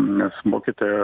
nes mokytoja